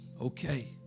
okay